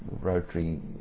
Rotary